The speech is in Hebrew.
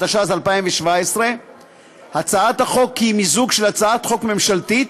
התשע"ז 2017. הצעת החוק היא מיזוג של הצעת חוק ממשלתית